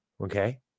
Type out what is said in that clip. Okay